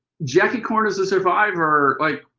jackie corin is a survivor. like